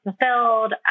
fulfilled